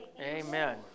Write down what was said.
Amen